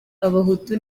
abahutu